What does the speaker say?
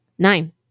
Nine